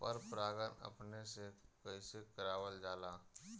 पर परागण अपने से कइसे करावल जाला?